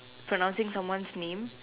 pronouncing someone name